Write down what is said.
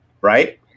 right